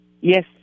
Yes